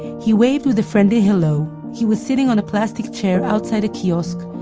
he waved with a friendly hello. he was sitting on a plastic chair outside a kiosk,